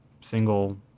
single